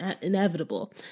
inevitable